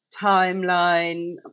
timeline